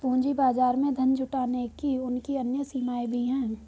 पूंजी बाजार में धन जुटाने की उनकी अन्य सीमाएँ भी हैं